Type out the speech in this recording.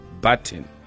button